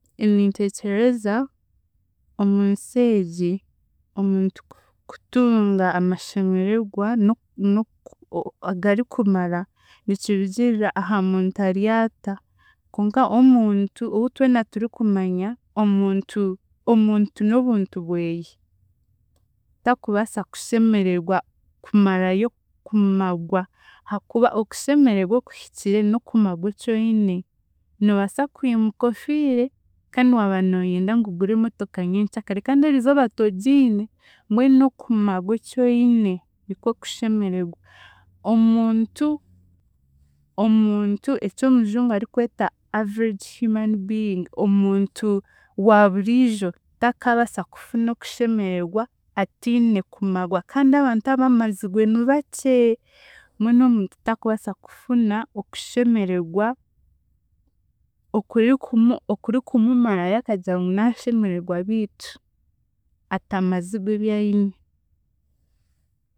Ninteekyereza omunsi egi, omuntu ku- kutunga amashemeregwa n'oku, n'oku agarikumara, nikirugiirira aha muntu ari ata. Konka omuntu ou twena turikumanya omuntu, omuntu n'obuntu bweye takubaasa kushemeregwa kumarayo kumagwa haakuba okushemeregwa okuhikire n'okumagwa eki oine, noobaasa kwimuka ofiire kandi waaba nooyenda ngu ogure emotoka nyenkyakare kandi eriizooba togiine, mbwenu okumagwa eki oine nikwe kushemeregwa, omuntu eki omujungu arikweta average human being omuntu waaburiijo takaabaasa kufuna okushemeregwa atiine kumagwa kandi abantu abamazigwe nibakye, mbwenu omuntu takubaasa kufuna okushemeregwa okurikumu okurikumurayo akagira ngu naashemeregwa biitu atamazigwe ebi aine.